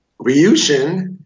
Ryushin